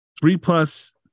three-plus